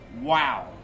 Wow